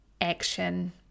action